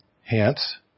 Hence